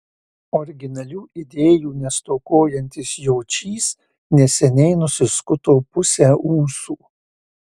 originalių idėjų nestokojantis jočys neseniai nusiskuto pusę ūsų